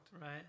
Right